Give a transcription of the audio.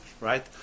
right